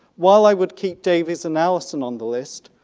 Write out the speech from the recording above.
while i would keep davies and allison on the list,